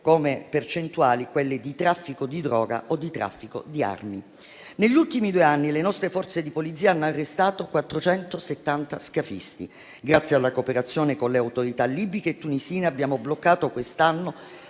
volumi di denaro, il traffico di droga o quello di armi. Negli ultimi due anni le nostre Forze di polizia hanno arrestato 470 scafisti. Grazie alla cooperazione con le autorità libiche e tunisine, abbiamo bloccato quest'anno